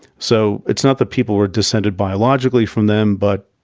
so, it's not that people were descended biologically from them, but,